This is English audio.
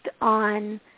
on